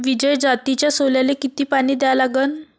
विजय जातीच्या सोल्याले किती पानी द्या लागन?